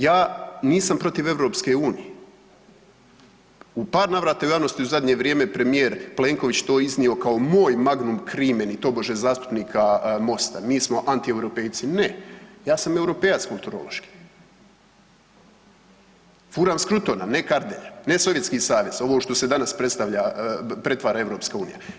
Ja nisam protiv EU, u par navrata je u javnosti u zadnje vrijeme premije Plenković to iznio kao moj magnum crimen i tobože zastupnika MOSTA, mi smo antieuropejci, ne ja sam europejac kulturološki, furam Scrutona ne Kardelja, ne Sovjetski Savez ovo što se danas predstavlja, pretvara EU.